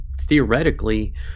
theoretically